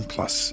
Plus